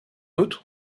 outre